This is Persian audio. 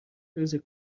روز